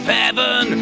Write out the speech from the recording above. heaven